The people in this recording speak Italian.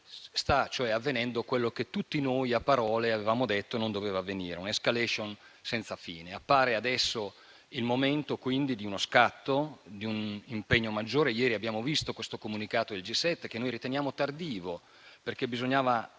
cioè avvenendo quello che tutti noi, a parole, avevamo detto che non doveva avvenire, ossia una *escalation* senza fine. Appare quindi adesso il momento di uno scatto e di un impegno maggiore. Ieri abbiamo visto il comunicato del G7, che noi riteniamo tardivo perché bisognava